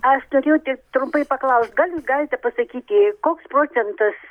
aš norėjau tik trumpai paklaust gal jūs galite pasakyti koks procentas